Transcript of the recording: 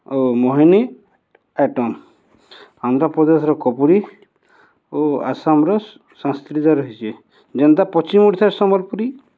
ଓ Mohiniyattam ଆନ୍ଧ୍ରପ୍ରଦେଶ୍ର କପୋରି ଓ ଆସାମର ସାତ୍ରିୟା ରହିଚି ଯେନ୍ତା ପଶ୍ଚିମ ଓଡ଼ିଶାରେ ସମ୍ବଲପୁରୀ